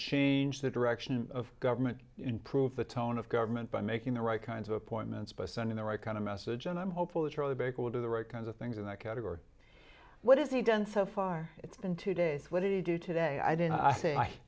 change the direction of government improve the tone of government by making the right kinds of appointments by sending the right kind of message and i'm hopeful charlie baker will do the right kinds of things in that category what has he done so far it's been two days what did he do today i did